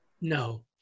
No